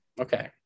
Okay